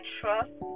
trust